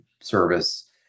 service